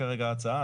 כרגע ההצעה,